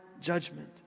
judgment